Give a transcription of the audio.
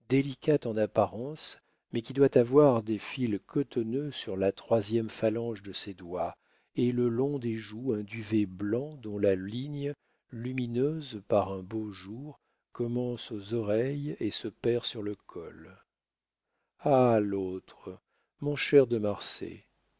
délicate en apparence mais qui doit avoir des fils cotonneux sur la troisième phalange de ses doigts et le long des joues un duvet blanc dont la ligne lumineuse par un beau jour commence aux oreilles et se perd sur le col ah l'autre mon cher de marsay